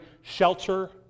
shelter